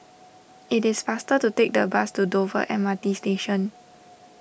it is faster to take the bus to Dover M R T Station